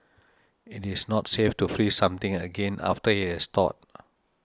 it is not safe to freeze something again after it has thawed